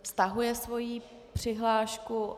Stahuje svoji přihlášku.